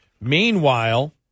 Meanwhile